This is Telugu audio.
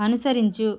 అనుసరించు